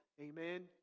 Amen